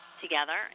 together